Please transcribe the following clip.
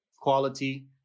quality